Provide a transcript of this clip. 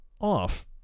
off